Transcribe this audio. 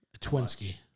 Twinsky